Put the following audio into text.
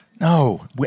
no